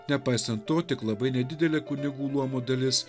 nepaisant to tik labai nedidelė kunigų luomo dalis